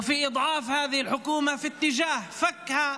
ולהחלשת הממשלה הזאת כדי לפרק אותה,